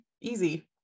easy